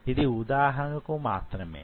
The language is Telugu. ఇది ఉదాహరణకు మాత్రమే